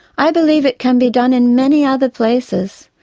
i believe it can be done in many other places,